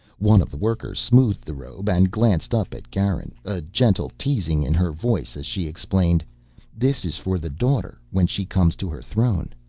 one of the workers smoothed the robe and glanced up at garin, a gentle teasing in her voice as she explained this is for the daughter when she comes to her throne.